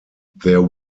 there